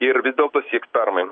ir vis dėlto sieks permainų